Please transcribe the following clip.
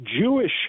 Jewish